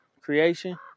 creation